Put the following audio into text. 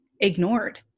ignored